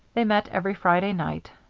they met every friday night,